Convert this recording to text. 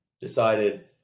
decided